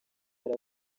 yari